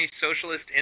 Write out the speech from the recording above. socialist